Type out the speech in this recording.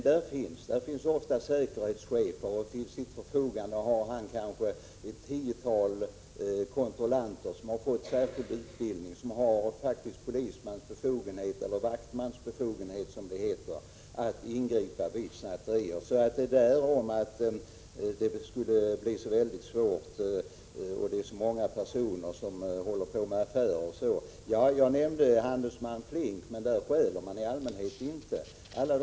Där finns dock ofta säkerhetschefer med kanske ett tiotal kontrollanter till sitt förfogande, som har särskild utbildning och som har vaktmans befogenhet att ingripa vid snatterier. Svårigheterna är alltså inte så stora, och argumentet att det är så många olika personer som sysslar med affärer håller inte. Jag nämnde visserligen handelsman Flink, men i hans butik stjäls det i allmänhet inte.